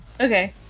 Okay